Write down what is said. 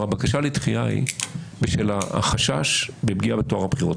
הרי הבקשה לדחייה היא בשל החשש לפגיעה בטוהר הבחירות,